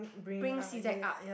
bring C_Z up